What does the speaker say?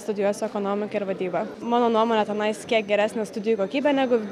studijuosiu ekonomiką ir vadybą mano nuomone tenais kiek geresnė studijų kokybė negu